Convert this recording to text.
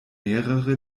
mehrere